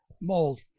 mold